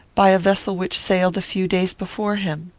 by a vessel which sailed a few days before him.